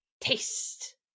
taste